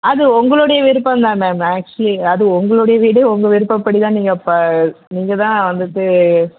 அது உங்களோடைய விருப்பம் தான் மேம் ஆக்சுவலி அது உங்களோடைய வீடு உங்க விருப்பப்படி தான் நீங்கள் ப நீங்க தான் வந்துவிட்டு